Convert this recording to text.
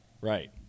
Right